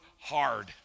hard